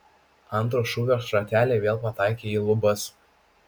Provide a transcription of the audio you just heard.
antro šūvio šrateliai vėl pataikė į lubas